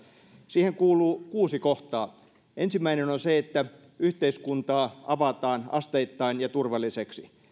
siihen kuuluu kuusi kohtaa ensimmäinen on on se että yhteiskuntaa avataan asteittain ja turvallisesti